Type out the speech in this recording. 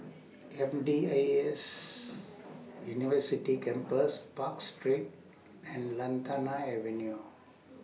M D I S University Campus Park Street and Lantana Avenue